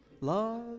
Love